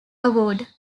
award